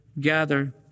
gather